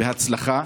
בהצלחה.